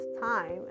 time